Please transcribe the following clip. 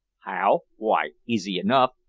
how? why, easy enough.